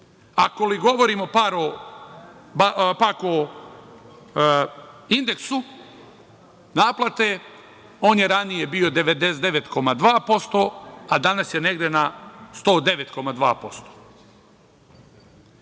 Ako li govorimo pak o indeksu naplate, on je ranije bio 99,2%, a danas je negde na 109,2%.E